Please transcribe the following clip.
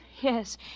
Yes